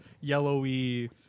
yellowy